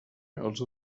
els